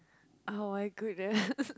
oh-my-goodness